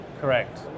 Correct